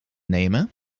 nemen